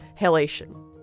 halation